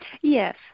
Yes